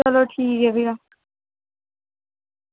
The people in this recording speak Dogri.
चलो ठीक ऐ भी